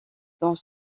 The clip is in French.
dans